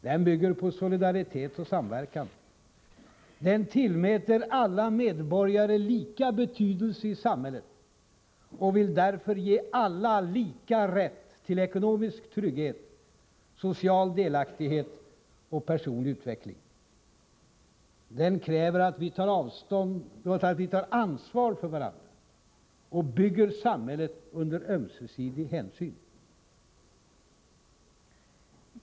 Den bygger på solidaritet och samverkan. Den tillmäter alla medborgare lika betydelse i samhället och vill därför ge alla lika rätt till ekonomisk trygghet, social delaktighet och personlig utveckling. Den kräver att vi tar ansvar för varandra och bygger samhället under ömsesidig hänsyn.